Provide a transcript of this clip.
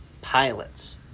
Pilots